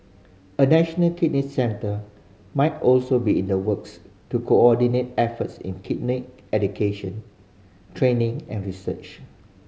a national kidney centre might also be in the works to coordinate efforts in kidney education training and research